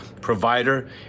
provider